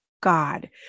God